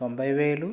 తొంభై వేలు